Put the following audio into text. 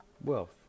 wealth